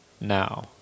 Now